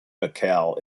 baikal